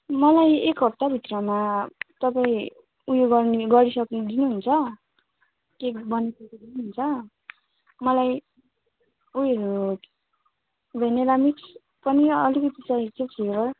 मलाई एक हप्ताभित्रमा तपाईँ उयो गर्ने गरिसक्नु दिनुहुन्छ केक बनाइदिनुहुन्छ मलाई उयो भेनिल्ला मिक्स पनि अलिकति चाहिएको थियो फ्लेभर